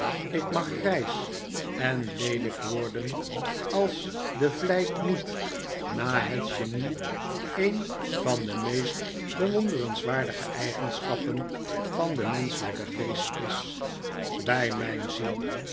ik mag grijs en leelijk worden als de vlijt met na het genie een van de meest bewonderenswaardige eigenschappen van den menschelijken geest is bij mijn ziel